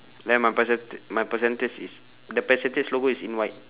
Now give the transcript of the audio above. then my percenta~ my percentage is the percentage logo is in white